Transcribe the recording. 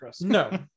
no